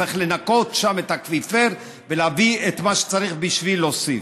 צריך לנקות שם את האקוויפר ולהביא את מה שצריך בשביל להוסיף.